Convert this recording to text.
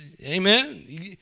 Amen